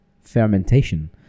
Fermentation